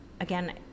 again